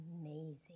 amazing